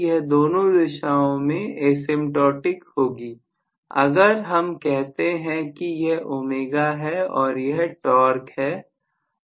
यह दोनों दिशाओं में एसएमटोटेक होगी अगर हम कहते हैं कि यह ω है और यह टॉर्क है